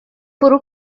bwrw